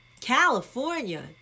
California